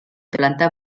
planta